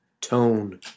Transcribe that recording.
tone